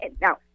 now